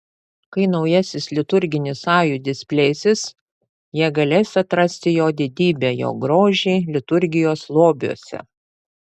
kai naujasis liturginis sąjūdis plėsis jie galės atrasti jo didybę jo grožį liturgijos lobiuose